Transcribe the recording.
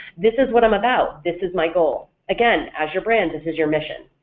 this is what i'm about, this is my goal. again, as your brand, this is your mission.